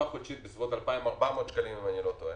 חודשית בסביבות 2,400 שקלים אם אני לא טועה,